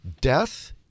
Death